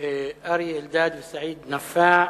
אריה אלדד וסעיד נפאע,